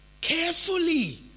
carefully